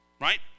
right